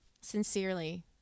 Sincerely